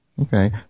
Okay